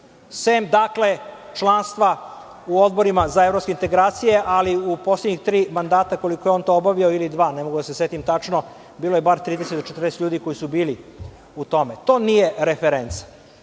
osim članstva u odborima za evropske integracije, ali u poslednjih tri mandata koliko je on to obavio ili dva, ne mogu da se setim tačno, bilo je bar 30 do 40 ljudi koji su bili u tome. To nije referenca,